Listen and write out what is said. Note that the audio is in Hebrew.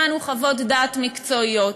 שמענו חוות דעת מקצועיות,